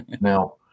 now